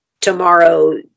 tomorrow